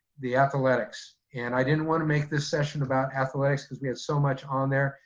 the athletics. and i didn't wanna make this session about athletics cause we had so much on there,